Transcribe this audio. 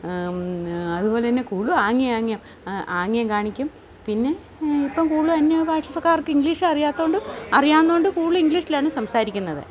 അതുപോലെ തന്നെ കൂടുതലും ആംഗ്യം ആംഗ്യം ആംഗ്യം കാണിക്കും പിന്നെ ഇപ്പം കൂടുതലും അന്യഭാഷക്കാർക്ക് ഇംഗ്ലീഷ് അറിയാത്തോണ്ട് അറിയാവുന്നോണ്ട് കൂടുതലും ഇംഗ്ലീഷിലാണ് സംസാരിക്കുന്നത്